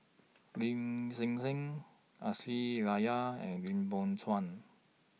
Lin Hsin Hsin Aisyah Lyana and Lim Biow Chuan